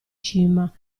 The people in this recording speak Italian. cima